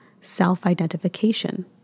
self-identification